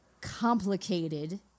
complicated